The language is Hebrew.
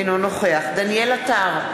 אינו נוכח דניאל עטר,